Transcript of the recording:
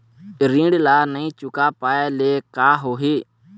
ऋण ला नई चुका पाय ले का होही?